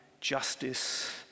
justice